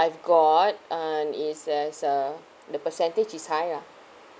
I've got and it's as uh the percentage is high ah